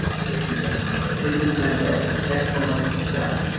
so keep that in mind. but freedmen's bank records, excellent stuff.